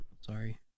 sorry